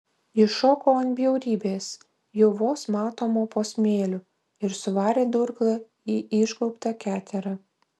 ji šoko ant bjaurybės jau vos matomo po smėliu ir suvarė durklą į išgaubtą keterą